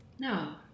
No